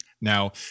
Now